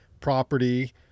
property